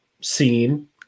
scene